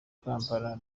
kampala